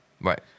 Right